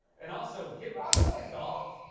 and also, kid rock plays golf?